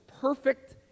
perfect